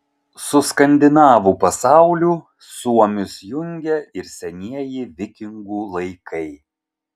su skandinavų pasauliu suomius jungia ir senieji vikingų laikai